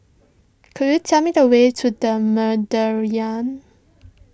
could you tell me the way to the